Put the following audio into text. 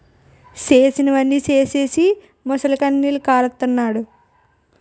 చేసినవన్నీ సేసీసి మొసలికన్నీరు కారస్తన్నాడు